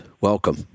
Welcome